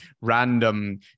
random